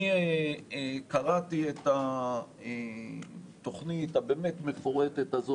אני קראתי את התכנית הבאמת מפורטת הזו